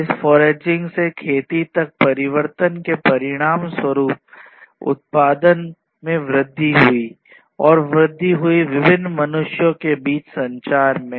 इस फोरेजिंग से खेती तक परिवर्तन के परिणामस्वरूप उत्पादन में वृद्धि हुई और वृद्धि हुई विभिन्न मनुष्यों के बीच संचार में